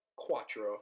quattro